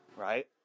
Right